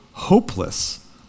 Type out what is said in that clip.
Hopeless